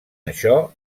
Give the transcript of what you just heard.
això